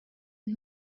and